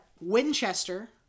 Winchester